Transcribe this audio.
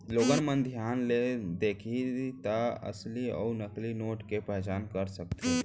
लोगन मन धियान ले देखही त असली अउ नकली नोट के पहचान कर सकथे